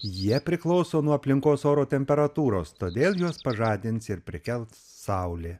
jie priklauso nuo aplinkos oro temperatūros todėl juos pažadins ir prikels saulė